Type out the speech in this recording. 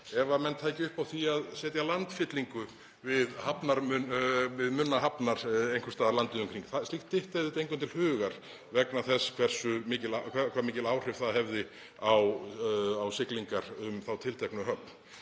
ef menn tækju upp á því að setja landfyllingu við hafnarmunna einhvers staðar landið um kring. Slíkt dytti engum til hugar vegna þess hve mikil áhrif það hefði á siglingar um þá tilteknu höfn.